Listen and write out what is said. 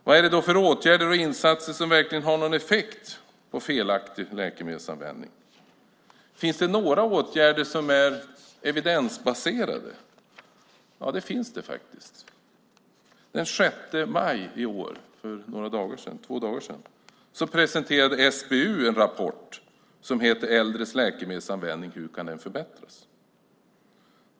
Vad är det då för åtgärder och insatser som verkligen har någon effekt på felaktig läkemedelsanvändning? Finns det några åtgärder som är evidensbaserade? Ja, det finns det faktiskt. Den 6 maj, för två dagar sedan, presenterade SBU en rapport som heter Äldres läkemedelsanvändning - hur kan den förbättras ?